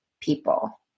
people